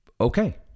okay